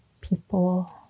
people